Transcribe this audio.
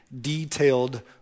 detailed